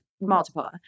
multiple